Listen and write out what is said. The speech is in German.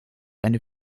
eine